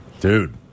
dude